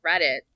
Reddit